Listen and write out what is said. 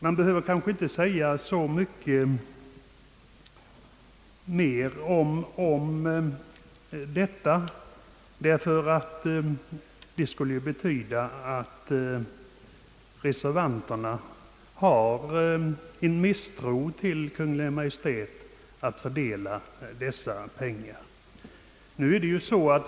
Man behöver kanske inte säga så mycket mer om detta. Ett bifall till reservationen skulle betyda en misstro mot Kungl. Maj:t när det gäller att fördela dessa pengar.